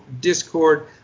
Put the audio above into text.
discord